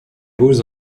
beaux